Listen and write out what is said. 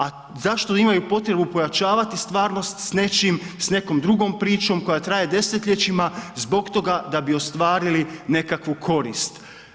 A zašto imaju potrebu pojačavati stvarnost s nečim, s nekom drugom pričom koja traje desetljećima zbog toga da bi ostvarili nekakvu korist.